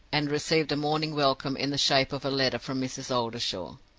and received a morning welcome in the shape of a letter from mrs. oldershaw.